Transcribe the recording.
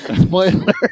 Spoiler